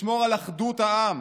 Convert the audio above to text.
לשמור על אחדות העם.